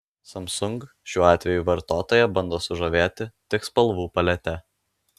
samsung šiuo atveju vartotoją bando sužavėti tik spalvų palete